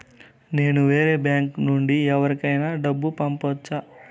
నేను వేరే బ్యాంకు నుండి ఎవరికైనా డబ్బు పంపొచ్చా?